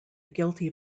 guilty